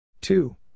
Two